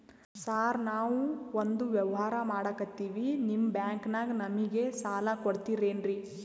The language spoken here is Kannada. ಸಾರ್ ನಾವು ಒಂದು ವ್ಯವಹಾರ ಮಾಡಕ್ತಿವಿ ನಿಮ್ಮ ಬ್ಯಾಂಕನಾಗ ನಮಿಗೆ ಸಾಲ ಕೊಡ್ತಿರೇನ್ರಿ?